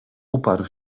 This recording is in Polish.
uparł